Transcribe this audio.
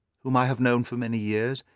whom i have known for many years,